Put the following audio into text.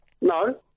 No